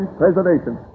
preservation